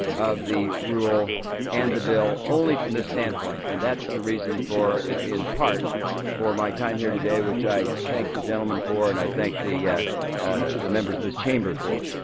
of the rule and the bill only from the standpoint and that's the reason for in part for my time here today, which i thank the gentleman for and i thank the the members of this chamber for.